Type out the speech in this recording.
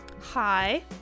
Hi